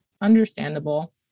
understandable